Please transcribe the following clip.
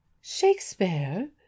shakespeare